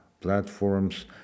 platforms